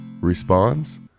responds